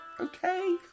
okay